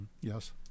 yes